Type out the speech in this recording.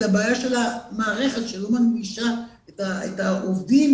אלא בעיה של המערכת שלא מנגישה את העובדים,